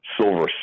silver